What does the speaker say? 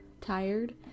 tired